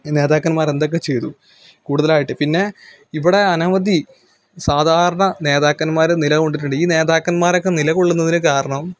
ഈ നേതാക്കന്മാർ എന്തൊക്കെ ചെയ്തു കൂടുതലായിട്ട് പിന്നെ ഇവിടെ അനവധി സാധാരണ നേതാക്കന്മാർ നിലകൊണ്ടിട്ടുണ്ട് ഈ നേതാക്കന്മാരൊക്കെ നിലകൊള്ളുന്നതിന് കാരണം